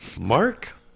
Mark